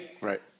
Right